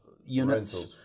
units